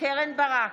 קרן ברק,